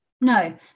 No